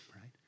right